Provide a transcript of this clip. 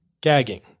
gagging